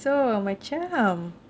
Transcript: so amacam